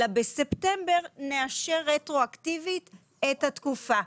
אלא בספטמבר נאשר רטרואקטיבית את התקופה.